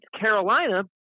Carolina